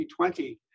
2020